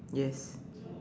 yes